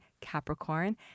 Capricorn